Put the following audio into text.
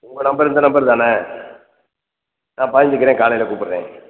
உங்கள் நம்பர் இந்த நம்பர் தானே நான் பதிஞ்சுக்கிறேன் காலையில் கூப்பிட்றேன்